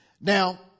Now